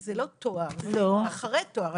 זה לא תואר, זה אחרי תואר.